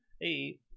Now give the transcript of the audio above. Hey